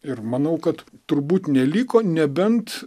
ir manau kad turbūt neliko nebent